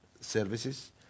services